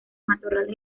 matorrales